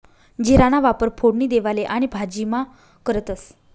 जीराना वापर फोडणी देवाले आणि भाजीमा करतंस